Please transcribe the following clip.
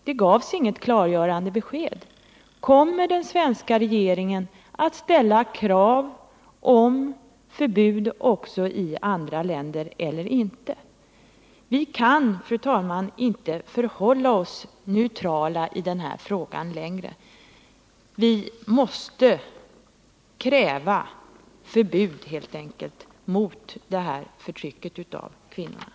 Det gavs inget klargörande besked. Kommer den svenska regeringen att ställa krav på förbud också i andra länder eller inte? Vi kan, fru talman, inte förhålla oss neutrala i den här frågan längre. Vi måste helt enkelt kräva förbud mot det här förtrycket av kvinnorna.